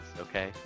okay